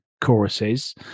choruses